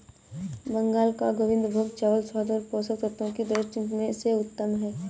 बंगाल का गोविंदभोग चावल स्वाद और पोषक तत्वों की दृष्टि से उत्तम है